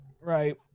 right